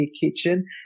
kitchen